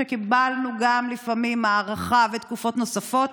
שקיבלנו גם לפעמים הארכה ותקופות נוספות,